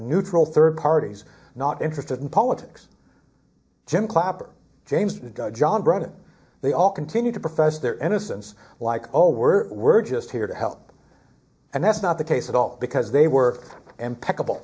neutral third parties not interested in politics jim clapper james john brennan they all continue to profess their innocence like oh we're we're just here to help and that's not the case at all because they were impeccable